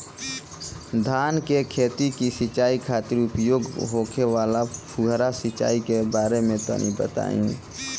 धान के खेत की सिंचाई खातिर उपयोग होखे वाला फुहारा सिंचाई के बारे में तनि बताई?